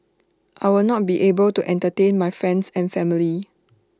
I will not be able to entertain my friends and family